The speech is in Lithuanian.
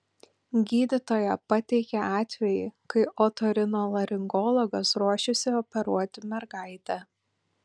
gydytoja pateikė atvejį kai otorinolaringologas ruošėsi operuoti mergaitę